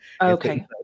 Okay